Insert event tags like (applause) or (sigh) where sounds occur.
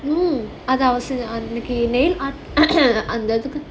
no அது அவசியம் இல்ல:adhu avasiyam illa nail art (coughs)